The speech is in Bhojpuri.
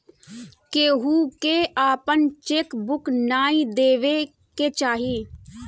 केहू के आपन चेक बुक नाइ देवे के चाही